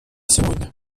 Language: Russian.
сегодня